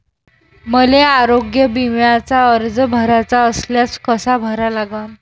मले आरोग्य बिम्याचा अर्ज भराचा असल्यास कसा भरा लागन?